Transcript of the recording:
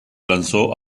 lanzó